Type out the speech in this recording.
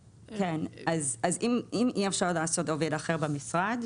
אם אי אפשר לעשות "עובד אחר במשרד",